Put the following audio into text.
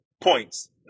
points